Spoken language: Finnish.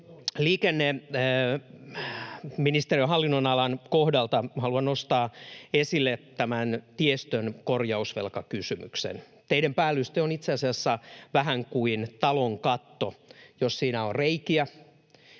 Liikenneministeriön hallinnonalan kohdalta haluan nostaa esille tiestön korjausvelkakysymyksen. Teiden päällyste on itse asiassa vähän kuin talon katto: Jos siinä on reikiä,